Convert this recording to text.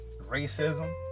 Racism